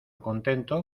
contento